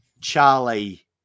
Charlie